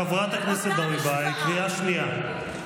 חברת הכנסת ברביבאי, קריאה שנייה.